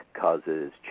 causes